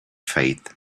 faith